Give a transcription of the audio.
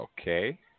Okay